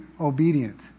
obedient